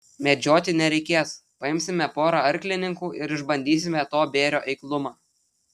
medžioti nereikės paimsime porą arklininkų ir išbandysime to bėrio eiklumą